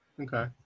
okay